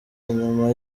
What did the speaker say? nyuma